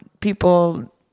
people